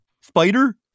spider